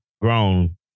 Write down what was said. grown